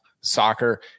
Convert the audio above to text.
soccer